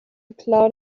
cloud